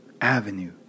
avenue